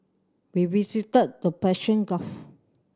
we visited the Persian Gulf